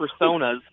personas